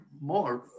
more